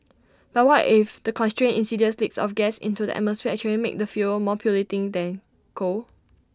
but what if the constant insidious leaks of gas into the atmosphere actually make the fuel more polluting than coal